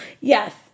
Yes